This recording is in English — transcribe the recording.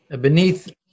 beneath